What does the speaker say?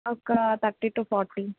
ఒక్క thirty to forty